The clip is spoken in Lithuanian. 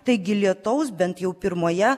taigi lietaus bent jau pirmoje